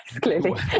clearly